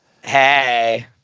Hey